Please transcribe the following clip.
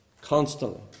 constantly